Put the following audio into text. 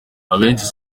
abenshi